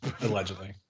allegedly